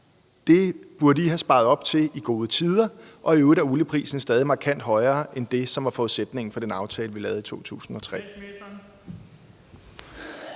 Det burde I have sparet op til i gode tider, og i øvrigt er olieprisen stadig markant højere end det, som var forudsætningen for den aftale, vi lavede i 2003?